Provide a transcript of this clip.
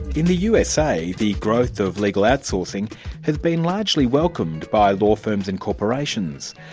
in the usa the growth of legal outsourcing has been largely welcomed by law firms and corporations.